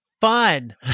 Fun